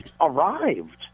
arrived